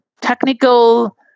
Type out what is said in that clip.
technical